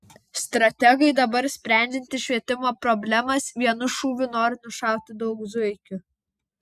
strategai dabar sprendžiantys švietimo problemas vienu šūviu nori nušauti daug zuikių